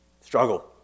Struggle